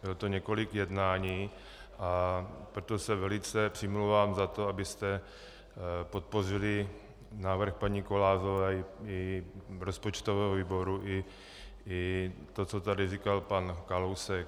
Bylo to několik jednání, a proto se velice přimlouvám za to, abyste podpořili návrh paní Kovářové i rozpočtového výboru i to, co tady říkal pan Kalousek.